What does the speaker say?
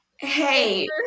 Hey